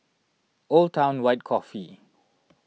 Old Town White Coffee